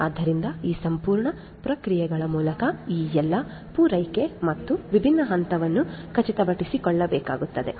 ಆದ್ದರಿಂದ ಈ ಸಂಪೂರ್ಣ ಪ್ರಕ್ರಿಯೆಗಳ ಮೂಲಕ ಈ ಎಲ್ಲಾ ಪೂರೈಕೆ ಮತ್ತು ವಿಭಿನ್ನ ಹಂತಗಳನ್ನು ಖಾತ್ರಿಪಡಿಸಿಕೊಳ್ಳಬೇಕಾಗುತ್ತದೆ